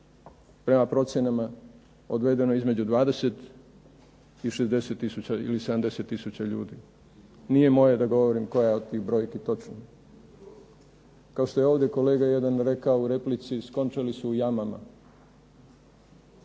prema procjenama odvedeno je između 20 i 60 tisuća ili 70 tisuća ljudi. Nije moje da ne govorim koja je od tih brojki točna. Kao što je ovdje kolega jedan rekao u replici skončali su u jamama,